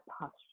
posture